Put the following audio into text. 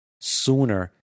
sooner